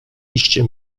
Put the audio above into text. iście